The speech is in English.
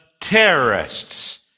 terrorists